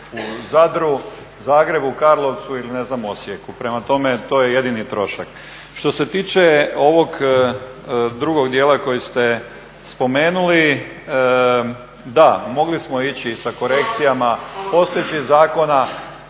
u Zadru, Zagrebu, Karlovcu ili ne znam Osijeku. Prema tome, to je jedini trošak. Što se tiče ovog drugog dijela koji ste spomenuli da mogli smo ići sa korekcijama postojećih zakona.